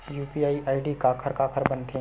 UPI ID काखर काखर बनथे?